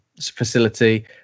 facility